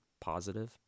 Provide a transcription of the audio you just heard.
positive